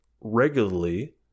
regularly